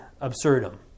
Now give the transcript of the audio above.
absurdum